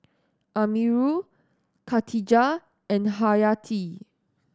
Amirul Khatijah and Haryati